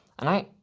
and i.